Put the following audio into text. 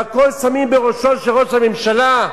והכול שמים בראשו של ראש הממשלה?